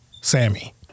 Sammy